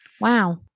Wow